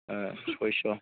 सयस'